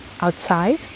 outside